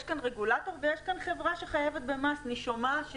יש כאן רגולטור ויש כאן חברה שחייבת במס נישומה.